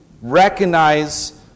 recognize